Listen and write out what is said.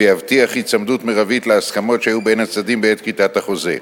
ויבטיח היצמדות מרבית להסכמות שהיו בין הצדדים בעת כריתת החוזה.